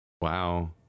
Wow